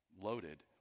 loaded